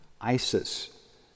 ISIS